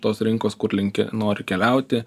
tos rinkos kur linki nori keliauti